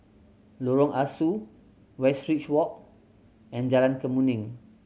Lorong Ah Soo Westridge Walk and Jalan Kemuning